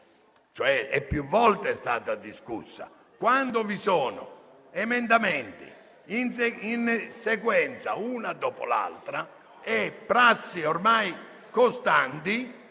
è stata discussa; quando vi sono emendamenti in sequenza, uno dopo l'altro, è prassi ormai costante